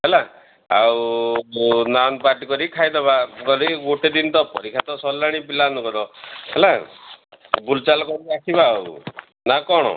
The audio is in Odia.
ହେଲା ଆଉ ନାନ ପାର୍ଟି କରିକି ଖାଇଦେବା ଗୋଟେ ଦିନ ତ ପରୀକ୍ଷା ତ ସରିଲାଣି ପିଲାମାନଙ୍କର ହେଲା ଆଉ ବୁଲଚାଲ କରି ଆସିବା ଆଉ ନା କ'ଣ